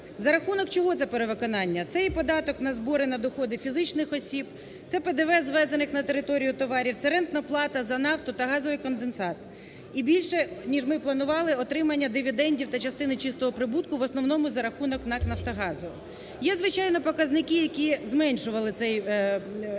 За рахунок чого це перевиконання? Це і податок на збори, на доходи фізичних осіб, це ПДВ звезених на територію товарів, це рентна плата за нафту та газовий конденсат. І більше, ніж ми планували отримання дивідендів та частини чистого прибутку в основному за рахунок НАК "Нафтогазу". Є, звичайно, показники, які зменшували цей показник.